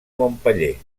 montpeller